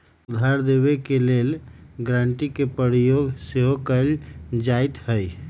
उधार देबऐ के लेल गराँटी के प्रयोग सेहो कएल जाइत हइ